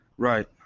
Right